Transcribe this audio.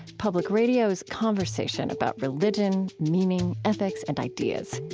public radio's conversation about religion, meaning, ethics, and ideas.